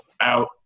out